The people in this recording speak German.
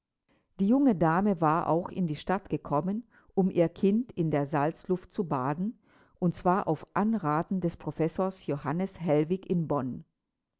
die junge dame war auch in die stadt gekommen um ihr kind in der salzflut zu baden und zwar auf anraten des professors johannes hellwig in bonn